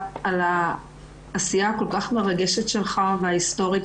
עודד פורר על העשייה המרגשת וההיסטורית שלך.